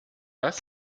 das